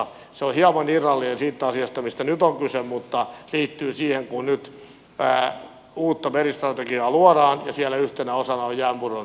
se on hieman irrallinen siitä asiasta mistä nyt on kyse mutta liittyy siihen kun nyt uutta meristrategiaa luodaan ja siinä yhtenä osana on jäänmurron kehittäminen ja vahvistaminen